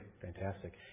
Fantastic